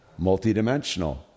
multidimensional